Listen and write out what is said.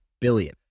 billion